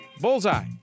Bullseye